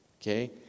Okay